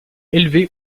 élevé